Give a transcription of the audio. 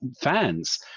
fans